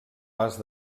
pas